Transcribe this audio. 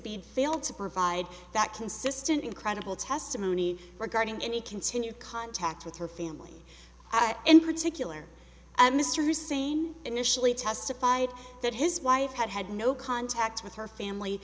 bead failed to provide that consistent and credible testimony regarding any continued contact with her family in particular mr hussein initially testified that his wife had had no contact with her family